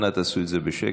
אנא, תעשו את זה בשקט,